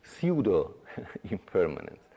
pseudo-impermanence